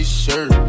shirt